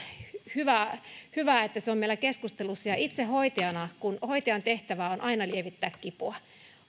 hyvä hyvä että se on meillä keskustelussa ja itse hoitajana kun hoitajan tehtävä on aina lievittää kipua